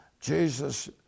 Jesus